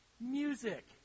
Music